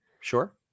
sure